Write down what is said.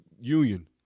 union